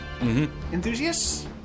enthusiasts